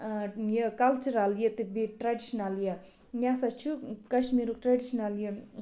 آ یہِ کَلچرَل یہِ تہٕ بیٚیہِ ٹریڈِشنَل یہِ یہِ ہسا چھُ کشمیٖرُک ٹریڈِشنَل یہِ